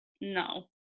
no